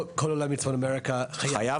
כל עולה מצפון אמריקה חייב.